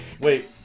Wait